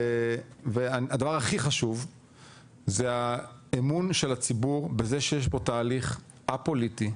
והבר הכי חשוב זה האמון של הציבור בזה שיש פה תהליך א-פוליטי,